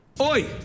Oi